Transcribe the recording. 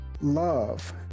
love